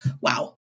wow